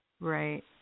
Right